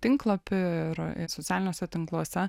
tinklapy ir socialiniuose tinkluose